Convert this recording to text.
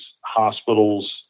hospitals